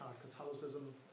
Catholicism